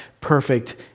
perfect